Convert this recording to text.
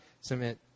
submit